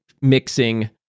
mixing